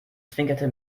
zwinkerte